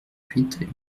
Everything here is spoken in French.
huit